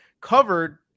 covered